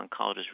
oncologists